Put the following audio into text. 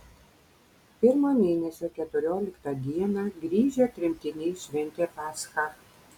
pirmo mėnesio keturioliktą dieną grįžę tremtiniai šventė paschą